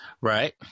Right